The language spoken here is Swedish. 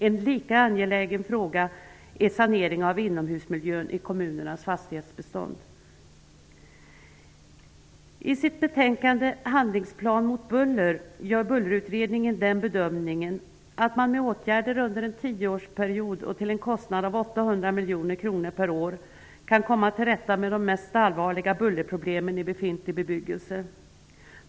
En lika angelägen fråga är sanering av inomhusmiljön i kommunernas fastighetsbestånd. 1993:65) gör Bullerutredningen den bedömningen att man med åtgärder under en tioårsperiod och till en kostnad av 800 miljoner kronor per år kan komma till rätta med de mest allvarliga bullerproblemen i befintlig bebyggelse.